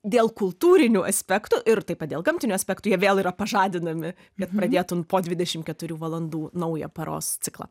dėl kultūrinių aspektų ir taip pat dėl gamtinių aspektų jie vėl yra pažadinami kad pradėtum po dvidešim keturių valandų naują paros ciklą